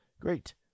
Great